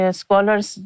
scholars